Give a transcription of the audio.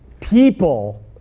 people